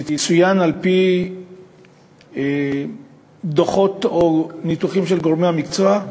על-פי דוחות או ניתוחים של גורמי המקצוע.